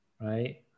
right